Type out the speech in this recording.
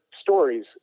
stories